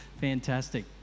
Fantastic